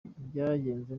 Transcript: byagenze